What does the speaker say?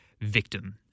victim